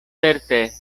certe